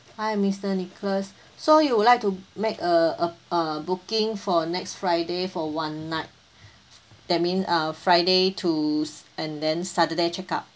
hi mister nicholas so you would like to make a a uh booking for next friday for one night that mean uh friday to and then saturday check out